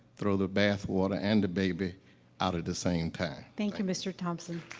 throw the bathwater and the baby out at the same time. thank you, mr. thompson.